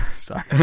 Sorry